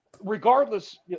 Regardless